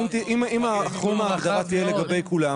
אם התחום הרחב יהיה לגבי כולם,